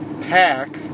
pack